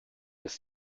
ist